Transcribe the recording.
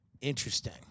Interesting